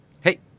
Hey